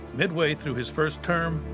midway through his first term,